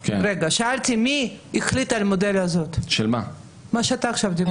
ושירותי דת יהודיים): מי החליט על המודל שעליו עכשיו דיברת?